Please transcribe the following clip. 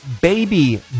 baby